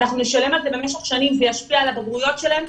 אנחנו נשלם על זה במשך שנים: זה ישפיע על הבגרויות שלהם,